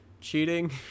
cheating